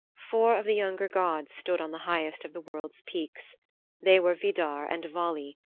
four of the younger gods stood on the highest of the world's peaks they were vidar and vali,